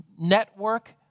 Network